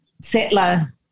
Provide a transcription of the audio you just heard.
settler